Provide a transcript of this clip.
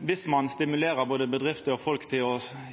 viss ein